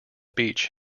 beach